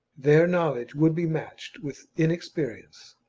their knowledge would be matched with inex perience,